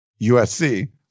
USC